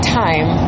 time